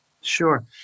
Sure